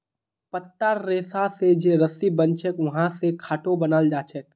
पत्तार रेशा स जे रस्सी बनछेक वहा स खाटो बनाल जाछेक